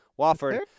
Wofford